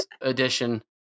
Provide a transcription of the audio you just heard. edition